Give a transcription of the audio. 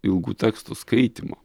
ilgų tekstų skaitymo